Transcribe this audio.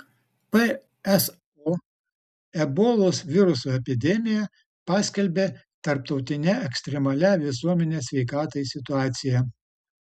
pso ebolos viruso epidemiją paskelbė tarptautine ekstremalia visuomenės sveikatai situacija